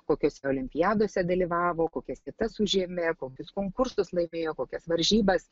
kokiose olimpiadose dalyvavo kokias vietas užėmė kokius konkursus laimėjo kokias varžybas